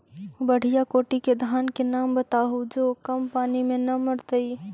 बढ़िया कोटि के धान के नाम बताहु जो कम पानी में न मरतइ?